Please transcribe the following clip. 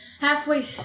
halfway